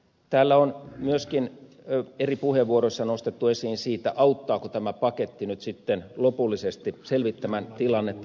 täällä on myöskin eri puheenvuoroissa nostettu esiin se auttaako tämä paketti nyt sitten lopullisesti selvittämään tilannetta